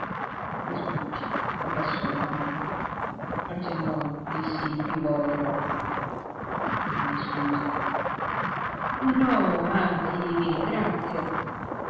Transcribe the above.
anelli crispucci abbassò la mano accennò di sì più volte col capo i scusi ma no anzi vi ringrazio